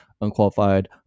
Unqualified